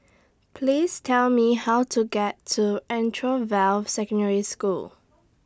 Please Tell Me How to get to Anchorvale Secondary School